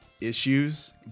issues